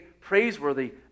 praiseworthy